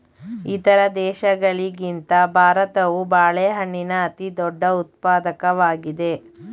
ಇತರ ದೇಶಗಳಿಗಿಂತ ಭಾರತವು ಬಾಳೆಹಣ್ಣಿನ ಅತಿದೊಡ್ಡ ಉತ್ಪಾದಕವಾಗಿದೆ